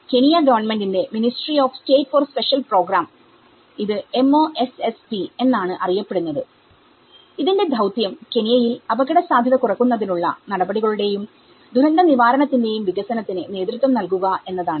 Kenya ഗവൺമെന്റിന്റെ ministry of state for special പ്രോഗ്രാംഇത് MoSSP എന്നാണ് അറിയപ്പെടുന്നത് ഇതിന്റെ ദൌത്യം കെനിയയിൽ അപകടസാധ്യത കുറക്കുന്നതിനുള്ള നടപടികളുടെയും ദുരന്തനിവാരണത്തിന്റെയും വികസനത്തിന് നേതൃത്വം നൽകുക എന്നതാണ്